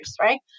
right